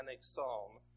psalm